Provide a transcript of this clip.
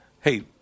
hey